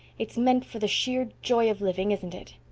it's meant for the sheer joy of living, isn't it?